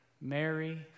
Mary